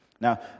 Now